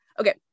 Okay